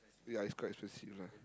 ya is quite expensive lah